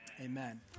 amen